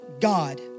God